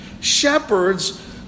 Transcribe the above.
Shepherds